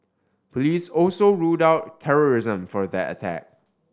police also ruled out terrorism for that attack